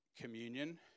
communion